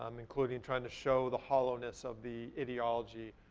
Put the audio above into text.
um including trying to show the hollowness of the ideology,